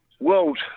world